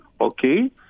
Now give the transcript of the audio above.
okay